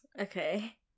Okay